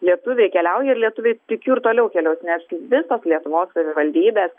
lietuviai keliauja ir lietuviai tikiu ir toliau keliaus nes visos lietuvos savivaldybės